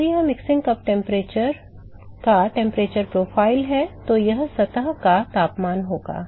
यदि यह mixing cup तापमान का तापमान प्रोफ़ाइल है और यह सतह का तापमान होगा